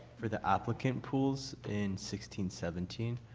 for the applicant pools in sixteen seventeen,